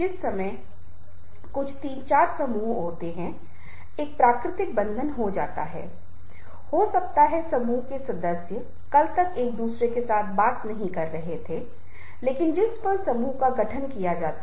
इसलिए इन सभी अंको पर उनका ध्यान रहता है कि लक्ष्य को पूरा करने के तरीके उन्मुख हों लक्ष्य को कैसे पूरा किया जाए